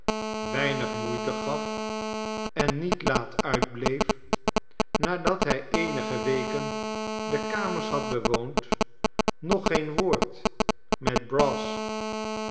weinig moeite gaf en niet laat uitbleef nadat hij eenige weken de kamers had bewoond nog geen woord met brass